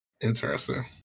Interesting